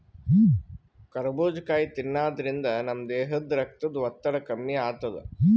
ಕರಬೂಜ್ ಕಾಯಿ ತಿನ್ನಾದ್ರಿನ್ದ ನಮ್ ದೇಹದ್ದ್ ರಕ್ತದ್ ಒತ್ತಡ ಕಮ್ಮಿ ಆತದ್